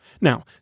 Now